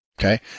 Okay